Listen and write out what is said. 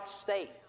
state